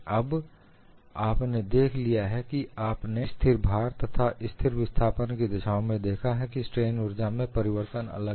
अब आप ने देख लिया है कि आपने स्थिर भार तथा स्थिर विस्थापन की दशाओं में देखा है की स्ट्रेन ऊर्जा में परिवर्तन अलग है